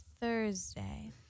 Thursday